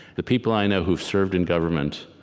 the people i know who have served in government,